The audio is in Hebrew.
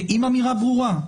עם אמירה ברורה,